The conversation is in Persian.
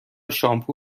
شامپو